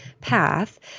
path